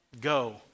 Go